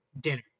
dinner